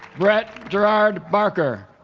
brett geraird barker